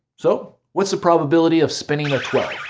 so, what is the probability of spinning a twelve?